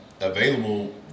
available